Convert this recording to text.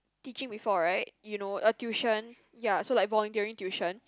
teaching before right you know a tuition ya so like voluntary tuition